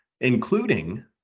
including